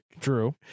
True